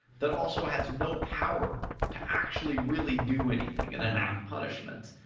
that also has no power to actually really do anything and enact punishment,